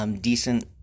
decent